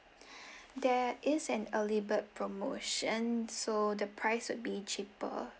there is an early bird promotion so the price would be cheaper